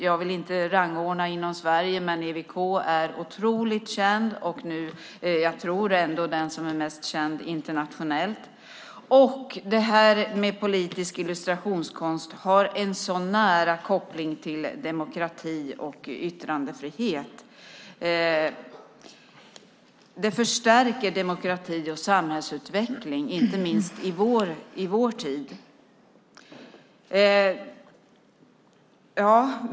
Jag vill inte rangordna inom Sverige. Men EWK är otroligt känd och den som jag ändå tror är mest känd internationellt. Detta med politisk illustrationskonst har en så nära koppling till demokrati och yttrandefrihet. Det förstärker demokrati och samhällsutveckling inte minst i vår tid.